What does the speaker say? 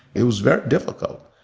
it was very difficult.